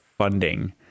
Funding